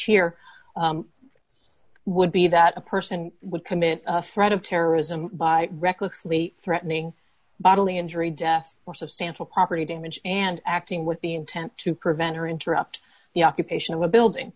here would be that a person would commit a threat of terrorism by recklessly threatening bodily injury death or substantial property damage and acting with the intent to prevent or interrupt the occupation of a building